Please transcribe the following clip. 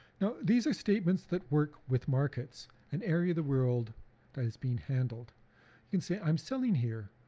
now these are statements that work with markets, an area of the world that is being handled. you can say i'm selling here,